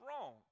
wrong